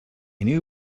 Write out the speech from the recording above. new